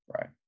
right